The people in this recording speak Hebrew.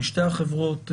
משתי החברות,